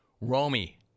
Romy